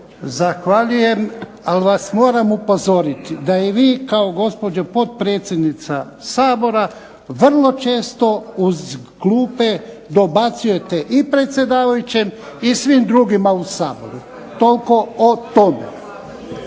Zahvaljujem. Ali vas moram upozoriti da i vi kao gospođa potpredsjednica Sabora vrlo često iz klupe dobacujete i predsjedavajućem i svim drugima u Saboru. Toliko o tome.